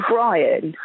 Brian